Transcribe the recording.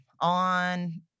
on